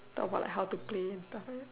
talk about how to play talking